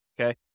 okay